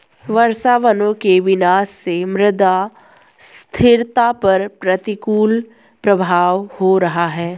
वर्षावनों के विनाश से मृदा स्थिरता पर प्रतिकूल प्रभाव हो रहा है